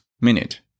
minute